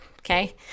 okay